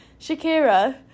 Shakira